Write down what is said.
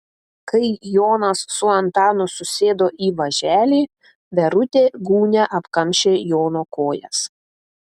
kai jonas su antanu susėdo į važelį verutė gūnia apkamšė jono kojas